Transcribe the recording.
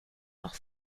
auch